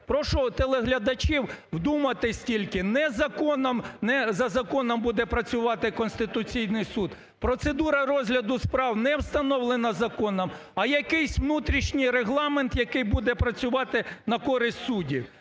Прошу телеглядачів вдуматись тільки, не за законом буде працювати Конституційний Суд. Процедура розгляду справ не встановлена законом, а якийсь внутрішній регламент, який буде працювати на користь суддів.